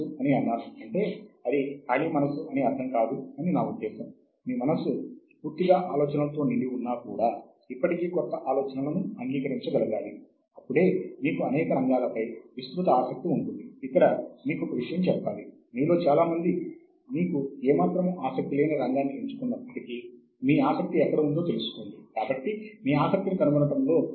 మనము సూచించదలిచిన ప్రతి పుస్తకమునకు ISBN సంఖ్య అంటే ఇంటర్నేషనల్ స్టాండర్డ్ బుక్ నంబర్ ఉండాలి